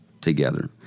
together